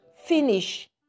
finish